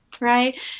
right